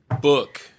book